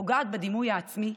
פוגעת בדימוי העצמי,